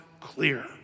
clear